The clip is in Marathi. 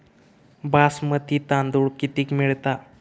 बासमती तांदूळ कितीक मिळता?